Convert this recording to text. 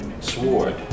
sword